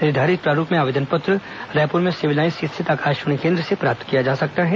निर्धारित प्रारूप में आवेदन पत्र रायपुर में सिविल लाईन्स स्थित आकाशवाणी केन्द्र से प्राप्त किया जा सकता है